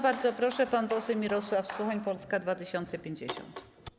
Bardzo proszę, pan poseł Mirosław Suchoń, Polska 2050.